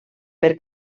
per